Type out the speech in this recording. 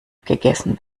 gegessen